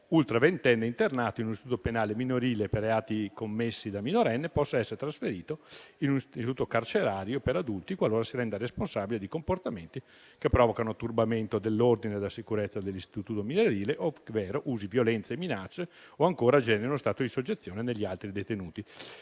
ultraventenne internato in un istituto penale minorile per reati commessi da minorenne possa essere trasferito in un istituto carcerario per adulti, qualora si renda responsabile di comportamenti che provocano turbamento dell'ordine e della sicurezza nell'istituto minorile ovvero usi violenze o minacce o ancora generi uno stato di soggezione negli altri detenuti.